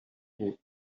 pur